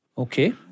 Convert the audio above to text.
Okay